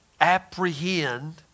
apprehend